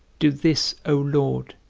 do this, o lord,